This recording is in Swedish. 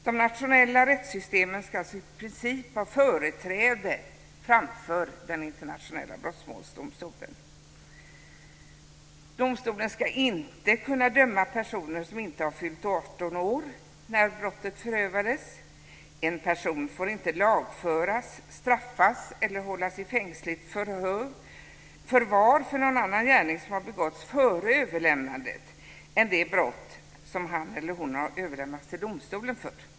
De nationella rättssystemen ska alltså i princip ha företräde framför den internationella brottmålsdomstolen. Domstolen ska inte kunna döma personer som inte har fyllt 18 år när brottet förövades. En person får inte lagföras, straffas eller hållas i fängsligt förvar för någon annan gärning som har begåtts före överlämnandet än det brott som han eller hon har överlämnats till domstolen för.